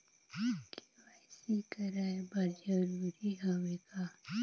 KYC कराय बर जरूरी हवे का?